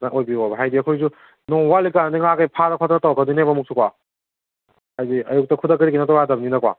ꯐꯖꯅ ꯑꯣꯏꯕꯤꯌꯣꯕ ꯍꯥꯏꯗꯤ ꯑꯩꯈꯣꯏꯁꯨ ꯅꯣꯡꯃ ꯋꯥꯠꯂꯤꯀꯥꯟꯗꯒꯤ ꯉꯥꯁꯦ ꯐꯥꯗꯅ ꯈꯣꯠꯇꯅ ꯇꯧꯔꯛꯀꯗꯣꯏꯅꯦꯕ ꯑꯃꯨꯛꯁꯨꯀꯣ ꯍꯥꯏꯗꯤ ꯑꯌꯨꯛꯇ ꯈꯨꯗꯛꯇꯗꯤ ꯀꯩꯅꯣꯇꯧ ꯌꯥꯗꯃꯤꯅꯀꯣ